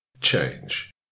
change